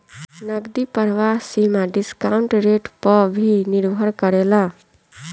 नगदी प्रवाह सीमा डिस्काउंट रेट पअ भी निर्भर करेला